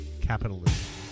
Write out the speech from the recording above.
Capitalism